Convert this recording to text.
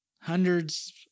hundreds